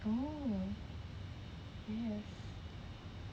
oh yes